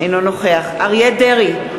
אינו נוכח אריה דרעי,